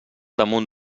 damunt